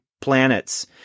planets